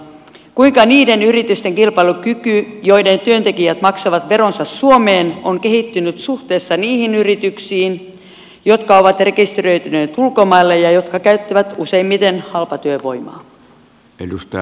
kuinka niiden yritysten kilpailukyky joiden työntekijät maksavat veronsa suomeen on kehittynyt suhteessa niihin yrityksiin jotka ovat rekisteröityneet ulkomaille ja jotka käyttävät useimmiten halpatyövoimaa